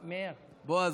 בועז,